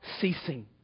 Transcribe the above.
ceasing